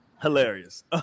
Hilarious